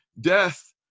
death